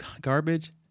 garbage